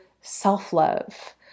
self-love